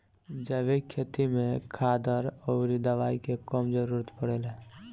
जैविक खेती में खादर अउरी दवाई के कम जरूरत पड़ेला